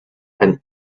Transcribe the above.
and